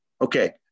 Okay